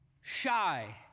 shy